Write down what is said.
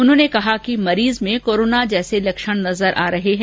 उन्होंने कहा कि मरीज मं कोरोना जैसे लक्षण नजर आ रहे हैं